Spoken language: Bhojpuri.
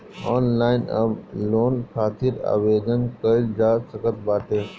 ऑनलाइन अब लोन खातिर आवेदन कईल जा सकत बाटे